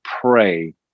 pray